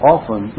Often